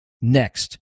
Next